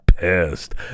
pissed